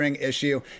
issue